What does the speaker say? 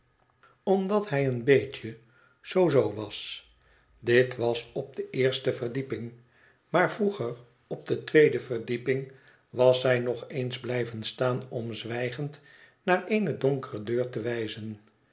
omdat hij een beetje zoo zoo was dit was op de eerste verdieping maar vroeger op de tweede verdieping was zij nog eens blijven staan om zwijgend naar eene donkere deur te wijzen